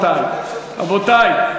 רבותי.